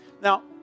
Now